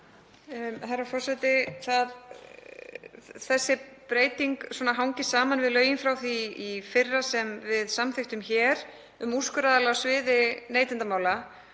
Herra forseti. Þessi breyting hangir saman við lögin frá því í fyrra sem við samþykktum hér, um úrskurðaraðila á sviði neytendamála.